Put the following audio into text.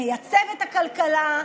נייצב את הכלכלה,